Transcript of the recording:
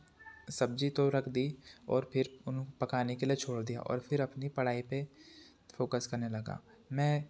सब्ज़ी तो रख दी और फिर उन पकाने के लिए छोड़ दिया और फिर अपनी पड़ाई पर फ़ोकस करने लगा मैं